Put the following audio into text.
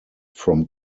from